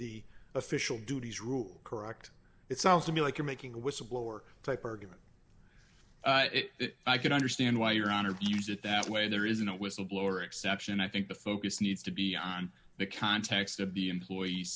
the official duties rule correct it sounds to me like you're making a whistleblower type argument i can understand why your honor views it that way there isn't a whistleblower exception i think the focus needs to be on the context of the employee